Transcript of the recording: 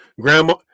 grandma